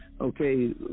Okay